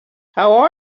how